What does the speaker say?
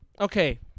okay